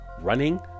running